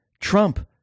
Trump